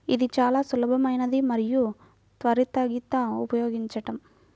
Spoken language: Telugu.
ఇది చాలా సులభమైనది మరియు త్వరితగతిన ఉపయోగించడం